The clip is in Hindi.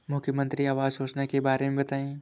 मुख्यमंत्री आवास योजना के बारे में बताए?